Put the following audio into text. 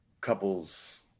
couples